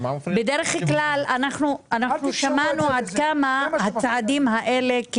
בדרך כלל אנחנו שמענו עד כמה הצעדים האלה טובים,